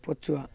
ପଛୁଆ